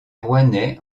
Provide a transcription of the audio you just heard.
rouennais